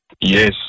Yes